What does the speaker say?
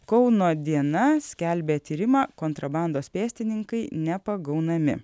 kauno diena skelbia tyrimą kontrabandos pėstininkai nepagaunami